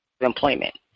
employment